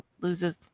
loses